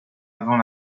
avant